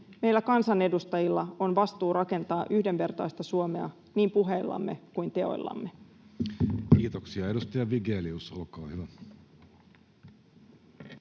Meillä kansanedustajilla on vastuu rakentaa yhdenvertaista Suomea niin puheillamme kuin teoillamme. Kiitoksia. — Edustaja Vigelius, olkaa hyvä.